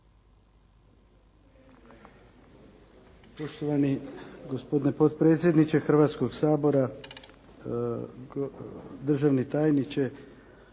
Poštovani gospodine potpredsjedniče Hrvatskoga sabora, državni tajniče,